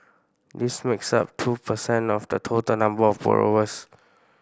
this makes up two per cent of the total number of borrowers